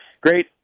great